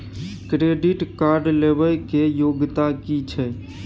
Credit card लेबै के योग्यता कि छै?